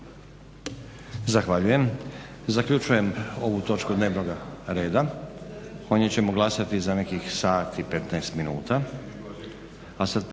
Zahvaljujem. Zaključujem ovu točku dnevnoga reda. O njoj ćemo glasati za nekih sat i 15 minuta